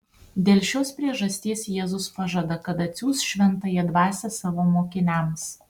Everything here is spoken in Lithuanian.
dėl šios priežasties jėzus pažada kad atsiųs šventąją dvasią savo mokiniams